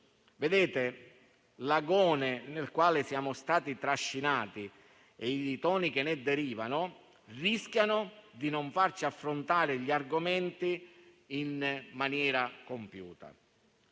L'agone nel quale siamo stati trascinati e i toni che ne derivano rischiano di non farci affrontare gli argomenti in maniera compiuta.